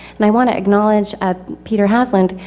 and i want to acknowledge ah peter hasland,